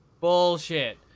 Bullshit